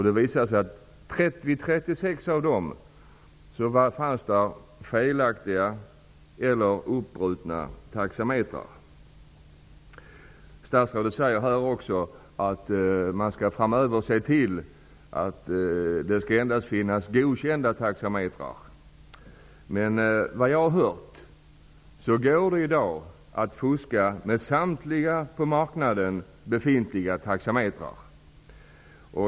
Det visade sig att taxametrarna var felaktiga eller uppbrutna vid 36 av dem. Statsrådet säger att man skall se till att det framöver endast skall finnas godkända taxametrar. Jag har hört att det går att fuska med samtliga på marknaden befintliga taxametrar.